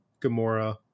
Gamora